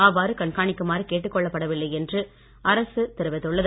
அவ்வாறு கண்காணிக்குமாறு கேட்டுக் கொள்ளப்படவில்லை என்று அரசு தெரிவித்துள்ளது